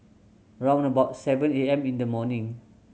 round about seven A M in the morning